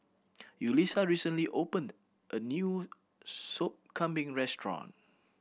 Yulisa recently opened a new Sop Kambing restaurant